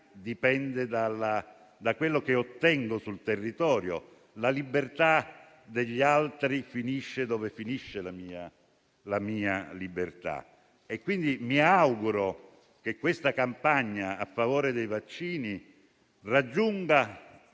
dipende da quello che ottengo sul territorio, ma quella degli altri inizia dove finisce la mia. Mi auguro che questa campagna a favore dei vaccini raggiunta